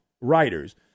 writers